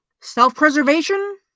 self-preservation